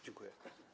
Dziękuję.